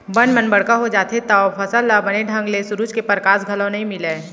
बन मन बड़का हो जाथें तव फसल ल बने ढंग ले सुरूज के परकास घलौ नइ मिलय